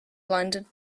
blinded